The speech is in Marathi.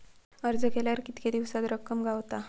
अर्ज केल्यार कीतके दिवसात रक्कम गावता?